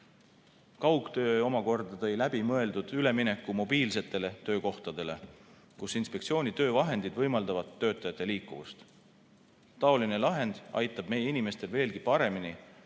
Kaugtöö omakorda tõi läbimõeldud ülemineku mobiilsetele töökohtadele, kus inspektsiooni töövahendid võimaldavad töötajate liikuvust. Taoline lahend aitab meie inimestel veelgi paremini